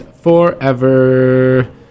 forever